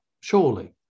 surely